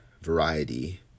variety